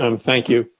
um thank you.